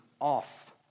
off